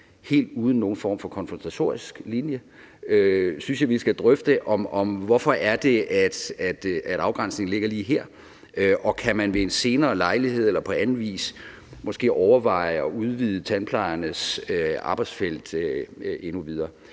helt uden nogen form for konfrontatorisk linje – synes jeg vi skal drøfte, hvorfor afgrænsningen ligger lige her, og om man ved en senere lejlighed eller på anden vis måske kan overveje at udvide tandplejernes arbejdsfelt endnu videre.